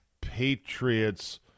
Patriots